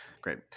Great